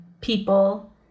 people